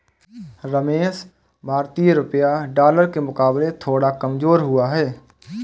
रमेश भारतीय रुपया डॉलर के मुकाबले थोड़ा कमजोर हुआ है